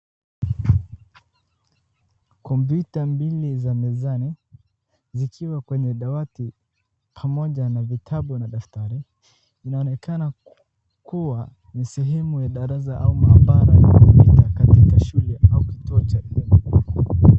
Kompyuta mbili za mezani zikiwa kwenye dawati pamoja na vitabu na daftari inaonekana kuwa ni sehemu ya darasa ama pahali ya kupita katika shule au kituo cha bima.